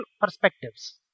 perspectives